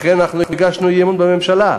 לכן אנחנו הגשנו אי-אמון בממשלה,